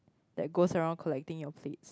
that goes around collecting your plate